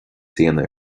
dhéanamh